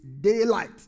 daylight